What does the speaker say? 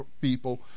people